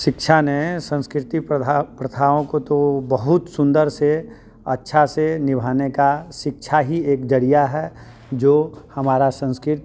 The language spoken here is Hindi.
शिक्षा ने संस्कृति प्रथाओं को तो बहुत सुंदर से अच्छा से निभाने का शिक्षा ही एक जरिया है जो हमारा संस्कृति